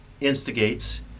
instigates